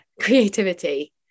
creativity